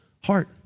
heart